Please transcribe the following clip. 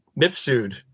Mifsud